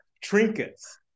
trinkets